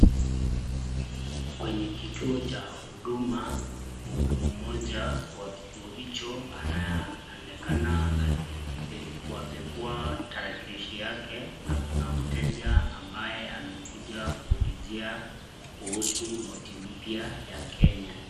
Kwenye kituo cha huduma, mhudumu mmoja wa kituo hicho anaonekana akipekuapekua tarakilishi yake na kuna mteja ambaye amekuja kuulizia kuhusu noti mpya ya Kenya.